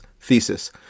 thesis